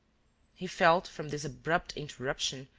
he felt, from this abrupt interruption,